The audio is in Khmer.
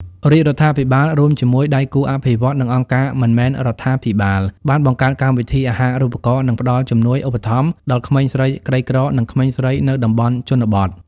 រាជរដ្ឋាភិបាល រួមជាមួយដៃគូអភិវឌ្ឍន៍ និងអង្គការមិនមែនរដ្ឋាភិបាល បានបង្កើតកម្មវិធីអាហារូបករណ៍និងផ្តល់ជំនួយឧបត្ថម្ភដល់ក្មេងស្រីក្រីក្រ និងក្មេងស្រីនៅតំបន់ជនបទ។